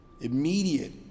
immediate